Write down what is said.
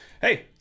hey